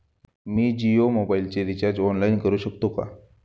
मी जियो मोबाइलचे recharge online करू शकते का?